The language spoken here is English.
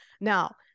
Now